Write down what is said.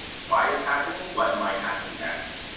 why it's happening, what might happen next?